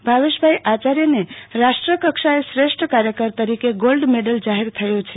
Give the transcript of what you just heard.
ભાવેશભાઈ આયાર્યને રાષ્ટ્રકક્ષાએ શ્રેષ્ઠ કાર્યકર તરીકે ગોલ્ડ મેડેલ જાહર થયો છે